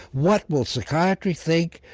what will psychiatry think,